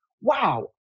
wow